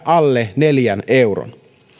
alle neljän euron